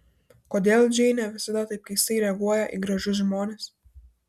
kodėl džeinė visada taip keistai reaguoja į gražius žmones